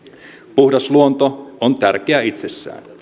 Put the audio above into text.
puhdas luonto on tärkeä itsessään